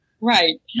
Right